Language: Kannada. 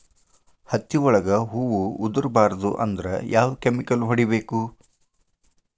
ಹತ್ತಿ ಒಳಗ ಹೂವು ಉದುರ್ ಬಾರದು ಅಂದ್ರ ಯಾವ ಕೆಮಿಕಲ್ ಹೊಡಿಬೇಕು?